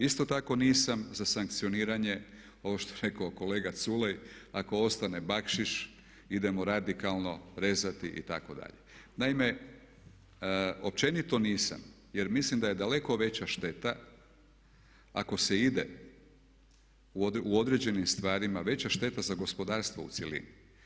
Isto tako nisam za sankcioniranje ovo što je rekao kolega Culej ako ostane bakšiš idemo radikalno rezati itd. naime, općenito nisam jer mislim da je daleko veća šteta ako se ide u određenim stvarima, veća šteta za gospodarstvo u cjelini.